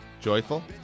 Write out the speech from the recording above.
Joyful